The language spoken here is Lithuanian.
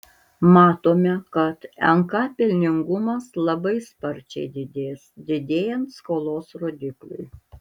matome kad nk pelningumas labai sparčiai didės didėjant skolos rodikliui